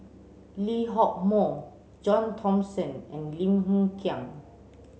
Lee Hock Moh John Thomson and Lim Hng Kiang